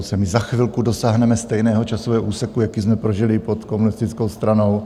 My za chvilku dosáhneme stejného časového úseku, jaký jsme prožili pod komunistickou stranou.